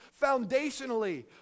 foundationally